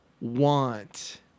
want